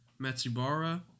Matsubara